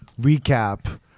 recap